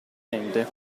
dente